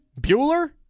Bueller